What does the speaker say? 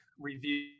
review